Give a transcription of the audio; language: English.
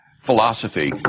philosophy